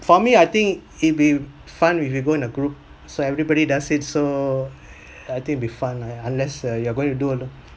for me I think it'd be fun if you go in a group so everybody does it so I think it'd be fun lah unless err you are going to do alone